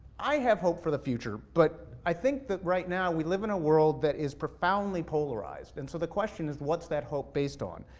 i have hope for the future, but i think that right now, we live in a world that is profoundly polarized. and so the question is what's that hope based on?